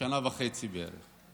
שנה וחצי בערך.